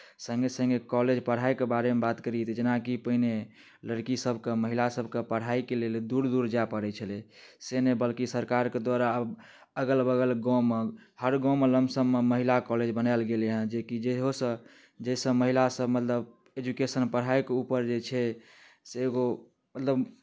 सङ्गे सङ्गे कॉलेज पढ़ाइके बारेमे बात करी तऽ जेनाकि पहिने लड़कीसभके महिलासभके पढ़ाइके लेल दूर दूर जाय पड़ै छलै से नहि बल्कि सरकारके द्वारा अगल बगल गाममे हर गाममे लम्पसममे महिला कॉलेज बनायल गेलैए जेकि जेहोसँ जे सभ महिलासभ मतलब एजुकेशन पढ़ाइके ऊपर जे छै से एगो मतलब